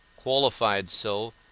qualified so,